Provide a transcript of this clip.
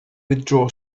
withdraw